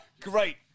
Great